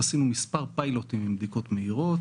עשינו מספר פיילוטים עם בדיקות מהירות,